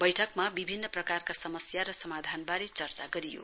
बैठकमा विभिन्न प्रकाका समस्या र र समाधानबारे चर्चा गरियो